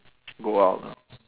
go out lah